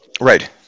Right